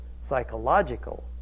psychological